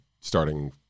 starting